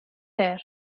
there